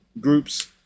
groups